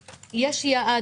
יש יעד,